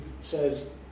says